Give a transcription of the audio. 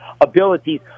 abilities